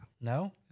no